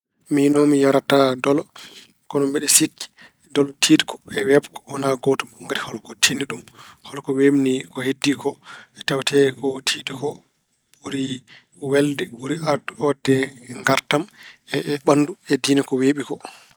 Miino, mi yarataa dolo kono mbeɗe sikki dolo tiiɗko e weeɓko wonaa gootum ngati holko tiiɗni ɗum, holko weeɓni ko heddii ko. Tawatee ko tiiɗi ko ɓuri welde, ɓuri arde- waɗde ngaartam e ɓanndu e diine ko weeɓi ko.